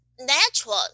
natural